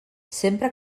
sempre